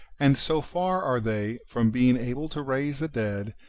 and so far are they from being able to raise the dead,